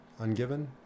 ungiven